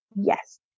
yes